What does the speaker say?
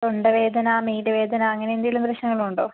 തൊണ്ടവേദന മേല് വേദന അങ്ങനെ എന്തെങ്കിലും പ്രശ്നങ്ങൾ ഉണ്ടോ